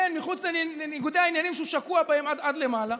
מחוץ לניגודי העניינים שהוא שקוע בהם עד למעלה.